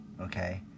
okay